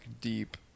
deep